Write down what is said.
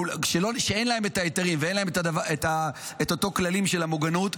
שאין להם היתרים ואין להם אותם כללים של המוגנות,